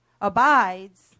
abides